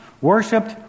worshipped